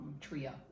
TRIA